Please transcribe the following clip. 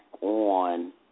on